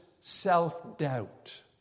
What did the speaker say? self-doubt